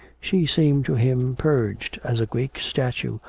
she seemed to him purged, as a greek statue,